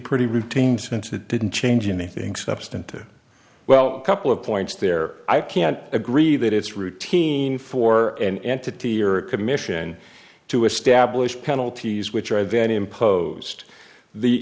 pretty routine since it didn't change anything substantive well couple of points there i can't agree that it's routine for an entity or a commission to establish penalties which are then imposed the